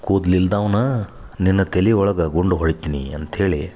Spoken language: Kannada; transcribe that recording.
ಕೂದ್ಲು ಇಲ್ದವ್ನ ನಿನ್ನ ತಲಿ ಒಳಗ ಗುಂಡು ಹೊಡಿತೀನಿ ಅಂತ್ಹೇಳಿ